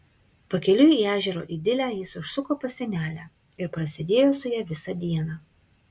pakeliui į ežero idilę jis užsuko pas senelę ir prasėdėjo su ja visą dieną